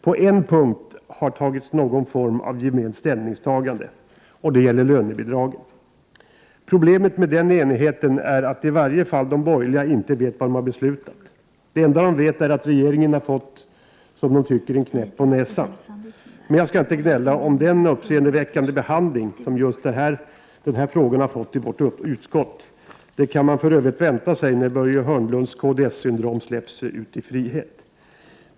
På en punkt har tagits någon form av gemensamt ställningstagande. Det gäller lönebidragen. Problemet med den enigheten är att i varje fall de borgerliga inte vet vad de har beslutat. Det enda de vet är att regeringen har fått, som de tycker, en knäpp på näsan. Men jag skall inte gnälla om den uppseendeväckande behandling som just den här frågan har fått i utskottet. Det kan man för övrigt vänta sig när Börje Hörnlunds kds-syndrom släpps ut i frihet.